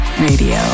radio